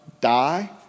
die